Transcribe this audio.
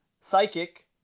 Psychic